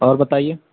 اور بتائیے